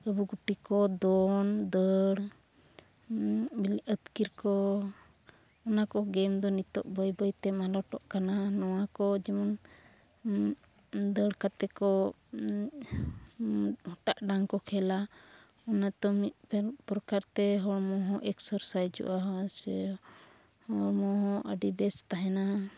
ᱜᱟᱹᱵᱷᱩ ᱜᱷᱚᱴᱤ ᱠᱚ ᱫᱚᱱ ᱫᱟᱹᱲ ᱵᱤᱞᱤ ᱟᱛᱠᱤᱨ ᱠᱚ ᱚᱱᱟ ᱠᱚ ᱜᱮᱢ ᱫᱚ ᱱᱤᱛᱳᱜ ᱵᱟᱹᱭ ᱵᱟᱹᱭᱛᱮ ᱢᱟᱞᱚᱴᱚᱜ ᱠᱟᱱᱟ ᱱᱚᱣᱟ ᱠᱚ ᱡᱮᱢᱚᱱ ᱫᱟᱹᱲ ᱠᱟᱛᱮ ᱠᱚ ᱦᱚᱴᱟᱜ ᱰᱟᱝ ᱠᱚ ᱠᱷᱮᱞᱟ ᱚᱱᱟᱛᱮ ᱢᱤᱫᱴᱟᱱ ᱯᱨᱚᱠᱟᱨᱛᱮ ᱦᱚᱲᱢᱚ ᱦᱚᱸ ᱮᱠᱥᱮᱥᱟᱭᱤᱡᱚᱜᱼᱟ ᱥᱮ ᱦᱚᱲᱢᱚ ᱦᱚᱸ ᱟᱹᱰᱤ ᱵᱮᱥ ᱛᱟᱦᱮᱱᱟ